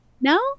No